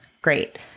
Great